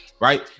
right